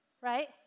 Right